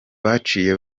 baciye